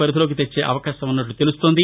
పరిధిలోకి తెచ్చే అవకాశం ఉన్నట్లు తెలుస్తోంది